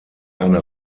eine